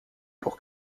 pour